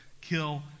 kill